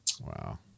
Wow